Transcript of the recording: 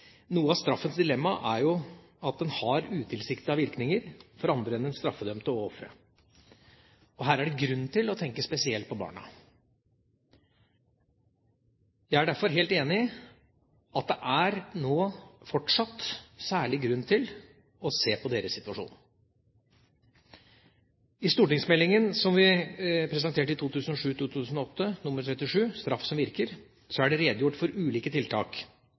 Noe av straffens dilemma er jo at den har utilsiktede virkninger for andre enn den straffedømte og offeret. Her er det grunn til å tenke spesielt på barna. Jeg er derfor helt enig i at det nå fortsatt er særlig grunn til å se på deres situasjon. I stortingsmeldingen som vi presenterte i 2007–2008, St.meld. nr. 37, Straff som virker, er det redegjort for ulike tiltak